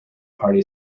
party